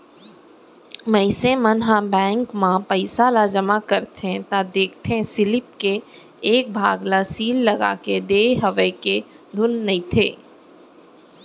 मनसे मन ह बेंक म पइसा ल जमा करथे त देखथे सीलिप के एक भाग ल सील लगाके देय हवय के धुन नइते